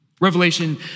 Revelation